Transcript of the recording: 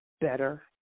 better